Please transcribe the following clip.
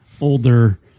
older